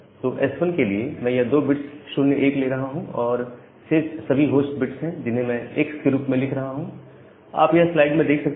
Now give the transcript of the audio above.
तो एस 1 के लिए मैं यह 2 बिट्स 01 ले रहा हूं और शेष सभी होस्ट बिट्स हैं जिन्हें में X के रूप में लिख रहा हूं आप यह स्लाइड में देख सकते हैं